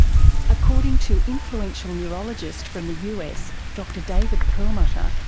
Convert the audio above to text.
according to influential neurologist from the us, dr david perlmutter,